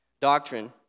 doctrine